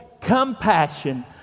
compassion